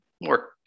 more